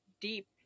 deep